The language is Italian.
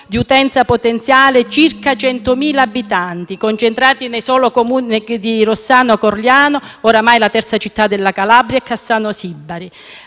di utenza circa 100.000 abitanti, concentrati nei soli Comuni di Rossano-Corigliano, ormai la terza città della Calabria, e Cassano-Sibari.